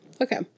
Okay